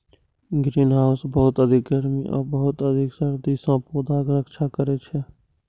greenhouse बहुत अधिक गर्मी आ बहुत अधिक सर्दी सं पौधाक रक्षा करै छै